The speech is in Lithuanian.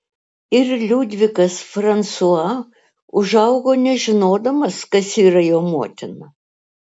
ir liudvikas fransua užaugo nežinodamas kas yra jo motina